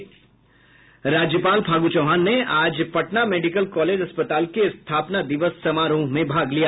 राज्यपाल फागू चौहान ने आज पटना मेडिकल कॉलेज अस्पताल के स्थापना दिवस समारोह में भाग लिया